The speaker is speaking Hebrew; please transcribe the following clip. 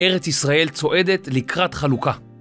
ארץ ישראל צועדת לקראת חלוקה.